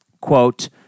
quote